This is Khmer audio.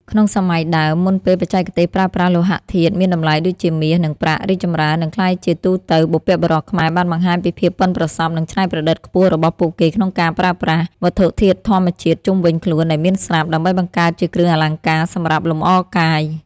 ក្នុងសម័យដើមៗ មុនពេលបច្ចេកទេសប្រើប្រាស់លោហៈធាតុមានតម្លៃដូចជា មាស និងប្រាក់ រីកចម្រើន និងក្លាយជាទូទៅ បុព្វបុរសខ្មែរបានបង្ហាញពីភាពប៉ិនប្រសប់ និងច្នៃប្រឌិតខ្ពស់របស់ពួកគេក្នុងការប្រើប្រាស់ វត្ថុធាតុធម្មជាតិជុំវិញខ្លួនដែលមានស្រាប់ ដើម្បីបង្កើតជាគ្រឿងអលង្ការសម្រាប់លម្អកាយ។